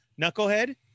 knucklehead